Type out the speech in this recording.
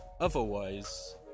otherwise